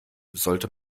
sollte